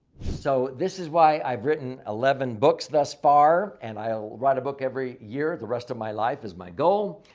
so, this is why i've written eleven books thus far. and i'll write a book every year the rest of my life is my goal.